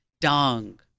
Dong